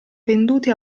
venduti